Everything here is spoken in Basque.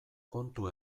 kontu